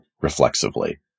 reflexively